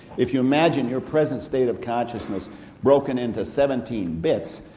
if you imagine your present state of consciousness broken into seventeen bits,